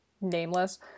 nameless